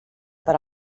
per